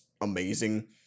amazing